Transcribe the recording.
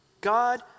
God